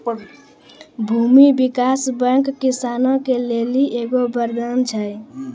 भूमी विकास बैंक किसानो के लेली एगो वरदान छै